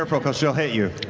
because she'll hit you.